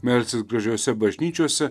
melstis gražiose bažnyčiose